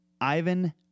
Ivan